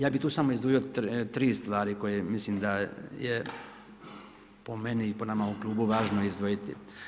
Ja bih tu samo izdvojio tri stvari koje mislim da je po meni i po nama u ovom klubu važno izdvojiti.